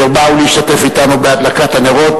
אשר באו להשתתף אתנו בהדלקת הנרות.